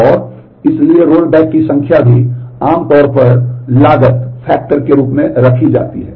और इसलिए roll back की संख्या भी आमतौर पर लागत कारक के रूप में रखी जाती है